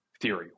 theory